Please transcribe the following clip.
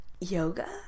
Yoga